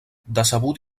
decebut